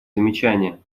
замечания